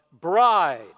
bride